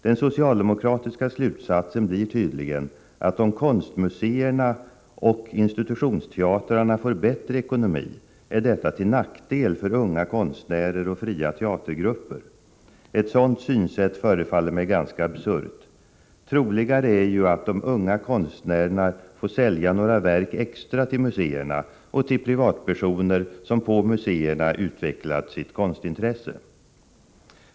Den socialdemokratiska slutsatsen blir tydligen, att om konstmuseerna och institutionsteatrarna får bättre ekonomi, är detta till nackdel för unga konstnärer och fria teatergrupper. Ett sådant synsätt förefaller mig ganska absurt. Troligare är ju att de unga konstnärerna får sälja några verk extra till museerna och till privatpersoner som på museerna utvecklat sitt konstintresse.